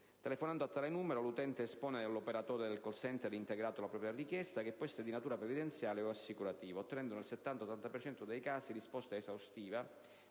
Telefonando a tale numero, l'utente espone all'operatore del *call center* integrato la propria richiesta, che può essere di natura previdenziale e o assicurativa, ottenendo nel 70-80 per cento dei casi risposta esaustiva,